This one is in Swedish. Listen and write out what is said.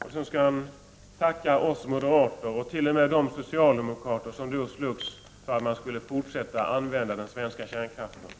Och så skall han tacka oss moderater — och t.o.m. de socialdemokrater som då slogs för att man skulle fortsätta att använda den svenska kärnkraften.